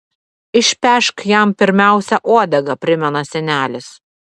išpešk jam pirmiausia uodegą primena senelis